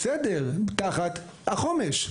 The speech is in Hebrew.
כן, תחת החומש.